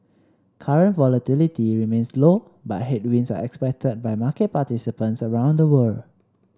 current volatility remains low but headwinds are expected by market participants around the world